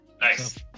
Nice